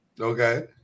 Okay